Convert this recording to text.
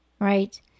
Right